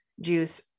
juice